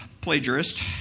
plagiarist